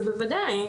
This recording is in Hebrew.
זה בוודאי.